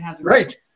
Right